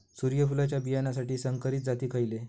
सूर्यफुलाच्या बियानासाठी संकरित जाती खयले?